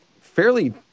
fairly